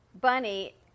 bunny